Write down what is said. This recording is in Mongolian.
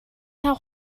тав